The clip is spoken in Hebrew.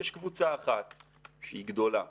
יש קבוצה אחת שהיא גדולה,